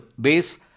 base